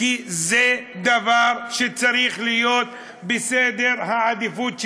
כי זה דבר שצריך להיות בסדר העדיפויות שלנו.